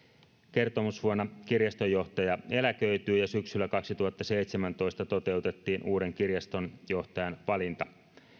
kertomusvuonna kirjastonjohtaja eläköityi ja syksyllä kaksituhattaseitsemäntoista toteutettiin uuden kirjastonjohtajan valinta